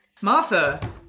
Martha